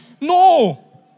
No